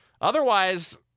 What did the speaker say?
Otherwise